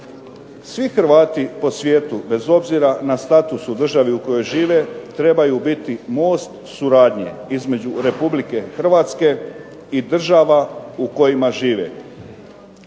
Svi Hrvati po svijetu, bez obzira na status u državi u kojoj žive trebaju biti most suradnje između Republike Hrvatske i država u kojima žive.